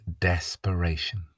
desperation